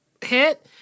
hit